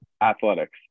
athletics